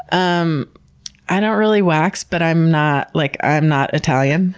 um i don't really wax, but i'm not like i'm not italian